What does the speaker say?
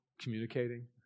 communicating